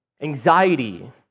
anxiety